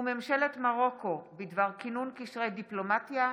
וממשלת מרוקו בדבר כינון קשרי דיפלומטיה,